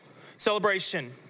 Celebration